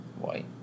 White